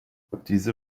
diese